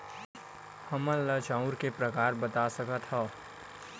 हमन ला चांउर के प्रकार बता सकत हव?